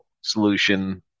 solution